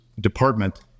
Department